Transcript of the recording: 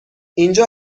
اینجا